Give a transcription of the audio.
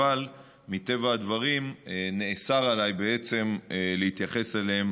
אבל מטבע הדברים נאסר עליי להתייחס אליהן